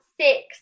six